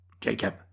Jacob